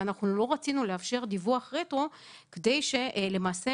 ואנחנו לא רצינו לאפשר דיווח רטרו כדי שלמעשה